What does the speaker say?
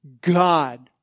God